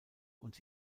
und